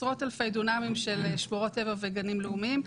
עשרות אלפי דונמים של שמורות טבע וגנים לאומיים,